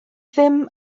ddim